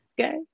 Okay